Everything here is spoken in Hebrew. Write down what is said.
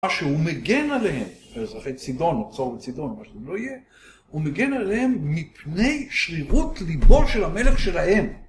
מה שהוא מגן עליהם, אזרחי צידון או צור וצידון, מה שלא יהיה, הוא מגן עליהם מפני שרירות ליבו של המלך שלהם.